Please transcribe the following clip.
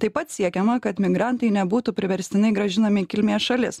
taip pat siekiama kad migrantai nebūtų priverstinai grąžinami į kilmės šalis